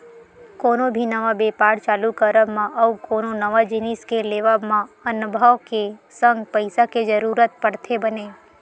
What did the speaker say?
कोनो भी नवा बेपार के चालू करब मा अउ कोनो नवा जिनिस के लेवब म अनभव के संग पइसा के जरुरत पड़थे बने